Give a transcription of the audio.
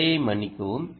பிழையை மன்னிக்கவும்